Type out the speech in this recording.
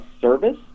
service